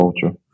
culture